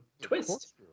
twist